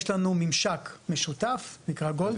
יש לנו ממשק משותף, נקרא "גולדה".